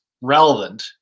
relevant